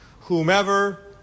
whomever